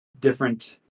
different